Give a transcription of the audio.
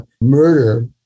murder